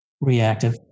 reactive